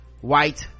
white